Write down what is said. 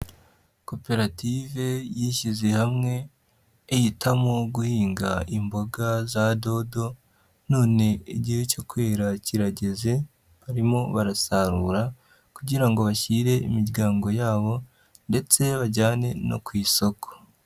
Koperative yishyize hamwe, ihitamo guhinga imboga za dodo, none igihe cyo kwera kirageze barimo barasarura kugira ngo bashyire imiryango yabo ndetse bajyane no ku isoko.